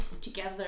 together